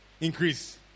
increase